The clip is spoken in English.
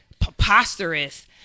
preposterous